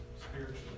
spiritually